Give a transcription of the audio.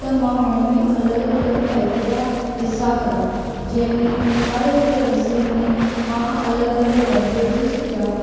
त मां उनमें अलॻि अलॻि टाइप जा हिसा कंदमि जंहिंमें हर हिकु हिसे में मां अलॻि अलॻि लैंग्वेजिस जा